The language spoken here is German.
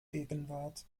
gegenwart